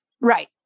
Right